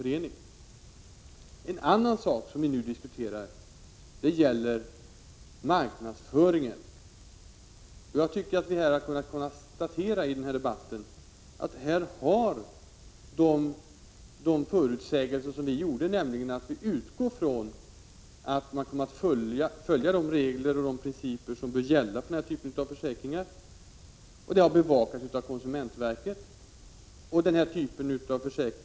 En annan sak som vi nu diskuterar gäller marknadsföringen. Jag tycker att vi i den här debatten har kunnat konstatera att det var riktiga förutsägelser som vi gjorde, när vi sade att vi utgår från att man kommer att följa de regler och principer som gäller för den här typen av försäkringar. Detta har bevakats av konsumentverket.